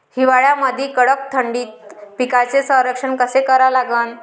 हिवाळ्यामंदी कडक थंडीत पिकाचे संरक्षण कसे करा लागन?